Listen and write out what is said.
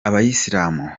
abayisilamu